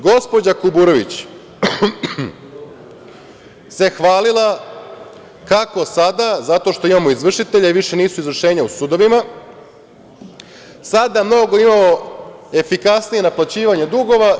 Gospođa Kuburović se hvalila kako sada, zato što imamo izvršitelje više nisu izvršenja u sudovima, sada imamo mnogo efikasnije naplaćivanje dugova.